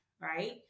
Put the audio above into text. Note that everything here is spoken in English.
right